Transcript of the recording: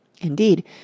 Indeed